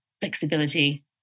flexibility